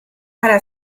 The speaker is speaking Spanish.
para